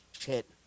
hit